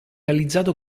realizzato